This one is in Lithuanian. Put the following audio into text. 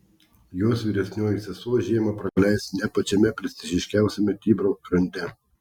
jos vyresnioji sesuo žiemą praleis ne pačiame prestižiškiausiame tibro krante